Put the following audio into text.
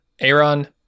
Aaron